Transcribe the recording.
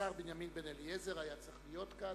השר בנימין בן-אליעזר היה צריך להיות כאן,